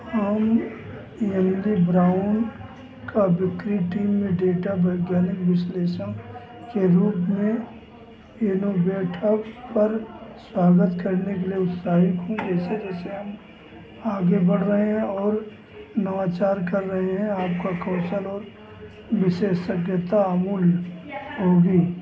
हम Emily Brown का बिक्री टीम में डेटा वैज्ञानिक विश्लेषक के रूप में इनोवेट हब पर स्वागत करने के लिए उत्साहित हैं जैसे जैसे हम आगे बढ़ रहे हैं और नवाचार कर रहे हैं आपका कौशल और विशेषज्ञता अमूल्य होगी